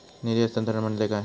निधी हस्तांतरण म्हणजे काय?